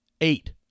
eight